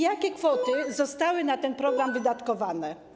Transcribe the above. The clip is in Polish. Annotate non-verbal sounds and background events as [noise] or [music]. Jakie kwoty [noise] zostały na ten program wydatkowane?